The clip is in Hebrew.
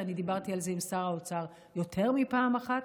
ואני דיברתי על זה עם שר האוצר יותר מפעם אחת.